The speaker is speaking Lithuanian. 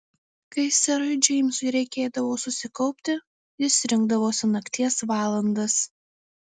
kai serui džeimsui reikėdavo susikaupti jis rinkdavosi nakties valandas